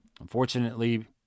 Unfortunately